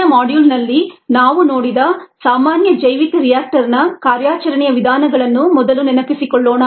ಹಿಂದಿನ ಮಾಡ್ಯೂಲ್ನಲ್ಲಿ ನಾವು ನೋಡಿದ ಸಾಮಾನ್ಯ ಜೈವಿಕ ರಿಯಾಕ್ಟರ್ನ ಕಾರ್ಯಾಚರಣೆಯ ವಿಧಾನಗಳನ್ನು ಮೊದಲು ನೆನಪಿಸಿಕೊಳ್ಳೋಣ